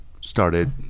started